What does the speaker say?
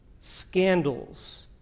scandals